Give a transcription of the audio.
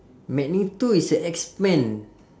magneto is a x men